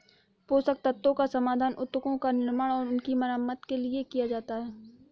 पोषक तत्वों का समाधान उत्तकों का निर्माण और उनकी मरम्मत के लिए किया जाता है